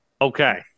Okay